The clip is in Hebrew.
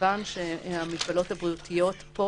כיוון שהמגבלות הבריאותיות פה,